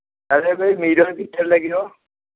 ତା ଦେହରେ ଭାଇ ମିରର୍ ଦୁଇଟା ଲାଗିବ